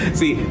see